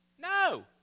No